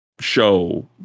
show